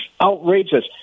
outrageous